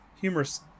humorous